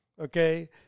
okay